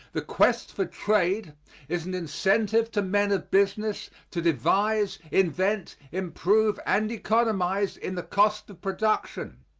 the quest for trade is an incentive to men of business to devise, invent, improve and economize in the cost of production.